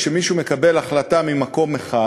שכשמישהו מקבל החלטה ממקום אחד,